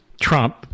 Trump